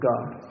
God